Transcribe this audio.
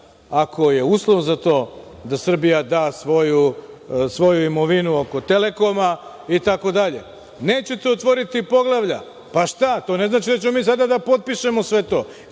ako je uslov za to da Srbija da svoju imovinu oko Telekoma itd. Nećete otvoriti poglavlja, pa šta, to ne znači da ćemo mi sada da potpišemo sve to.